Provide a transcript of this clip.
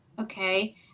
okay